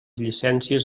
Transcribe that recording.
llicències